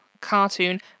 cartoon